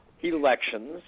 elections